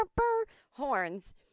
horns